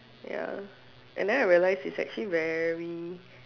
ya and then I realise it's actually very